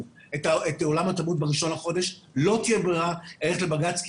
את עולם התרבות ב-1 בחודש לא תהיה ברירה אלא ללכת לבג"צ כי